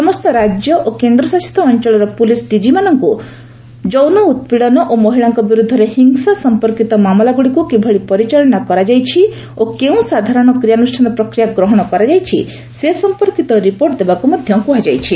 ସମସ୍ତ ରାଜ୍ୟ ଓ କେନ୍ଦ୍ରଶାସିତ ଅଞ୍ଚଳର ପୁଲିସ ଡିଜି ମାନଙ୍କୁ ମଧ୍ୟ ଯୌନ ଉତ୍ପାଡ଼ନ ଓ ମହିଳାଙ୍କ ବିରୁଦ୍ଧରେ ହିଂସା ସମ୍ପର୍କିତ ମାମଲାଗୁଡ଼ିକୁ କିଭଳି ପରିଚାଳନା କରାଯାଉଛି ଓ କେଉଁ ସାଧାରଣ କ୍ରିୟାନୁଷ୍ଠାନ ପ୍ରକ୍ରିୟା ଗ୍ରହଣ କରାଯାଇଛି ସେ ସମ୍ପର୍କିତ ରିପୋର୍ଟ ଦେବାକୁ କୁହାଯାଇଛି